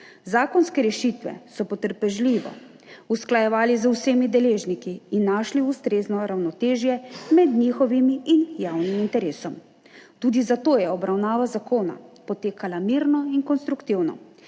Zakonske rešitve so potrpežljivo usklajevali z vsemi deležniki in našli ustrezno ravnotežje med njihovimi in javnim interesom. Tudi zato je obravnava zakona potekala mirno in konstruktivno.